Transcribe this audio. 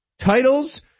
Titles